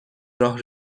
راه